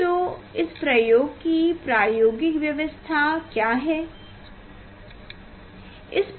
तो इस प्रयोग की प्रायोगिक व्यवस्था क्या है